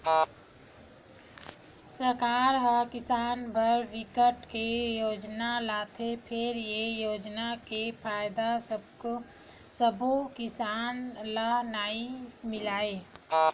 सरकार ह किसान बर बिकट के योजना लाथे फेर ए योजना के फायदा सब्बो किसान ल नइ मिलय